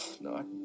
no